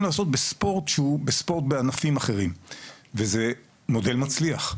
לעסוק בספורט שהוא ספורט בענפים אחרים וזה מודל מצליח,